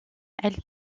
elle